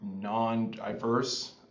non-diverse